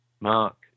Mark